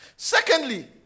Secondly